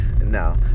No